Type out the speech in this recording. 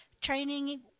training